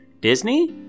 Disney